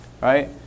Right